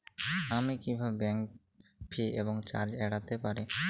আমি কিভাবে bank fee এবং চার্জ এড়াতে পারি?